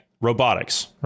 robotics